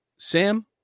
Sam